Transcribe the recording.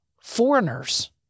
foreigners